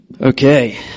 Okay